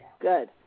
Good